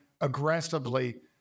aggressively